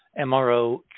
MRO